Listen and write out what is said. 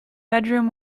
bedroom